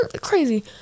crazy